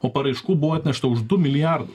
o paraiškų buvo atnešta už du milijardu